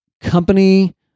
company